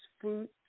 fruits